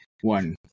one